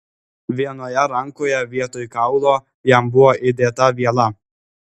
vienoje rankoje vietoj kaulo jam buvo įdėta viela